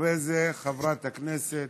אחרי זה, חברת הכנסת